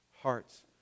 hearts